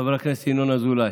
חבר הכנסת ינון אזולאי.